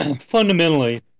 fundamentally